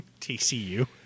TCU